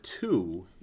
two